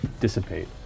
Dissipate